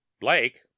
blake